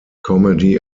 comedy